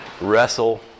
wrestle